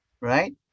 right